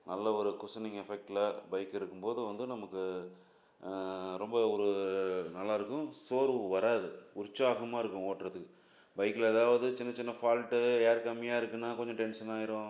நல்ல ஒரு குஸனிங் எஃபெக்ட்ல பைக் இருக்கும் போது வந்து நமக்கு ரொம்ப ஒரு நல்லாருக்கும் சோர்வு வராது உற்சாகமாக இருக்கும் ஓட்டுறத்துக்கு பைக்கில் ஏதாவது சின்னச் சின்ன ஃபால்ட்டு ஏர் கம்மியாக இருக்குதுன்னா கொஞ்சம் டென்சன் ஆயிடும்